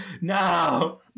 no